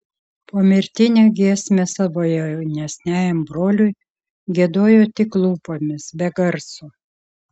pomirtinę giesmę savo jaunesniajam broliui giedojo tik lūpomis be garso